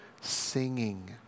singing